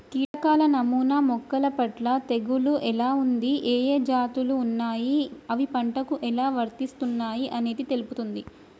కీటకాల నమూనా మొక్కలపట్ల తెగులు ఎలా ఉంది, ఏఏ జాతులు ఉన్నాయి, అవి పంటకు ఎలా విస్తరిస్తున్నయి అనేది తెలుపుతుంది